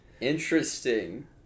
interesting